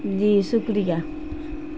جی شکریہ